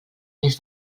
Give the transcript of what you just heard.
mes